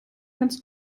ganz